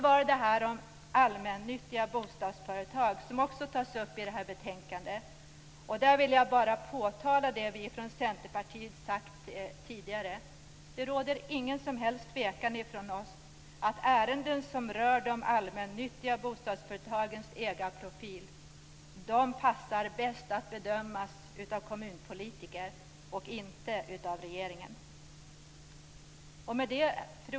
Beträffande allmännyttiga bostadsföretag, som också tas upp i detta betänkande vill jag bara peka på det som vi tidigare sagt från Centerpartiet, nämligen att det inte råder någon som helst tvekan om att ärenden som rör de allmännyttiga bostadsföretagens ägarprofil bäst bedöms av kommunpolitiker, inte av regeringen. Fru talman!